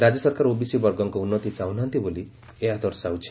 ରାଜ୍ୟ ସରକାର ଓବିସି ବର୍ଗଙ୍କ ଉନୃତି ଚାହୁନାହାନ୍ତି ବୋଲି ଏହା ଦର୍ଶାଉଛି